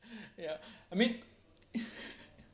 ya I mean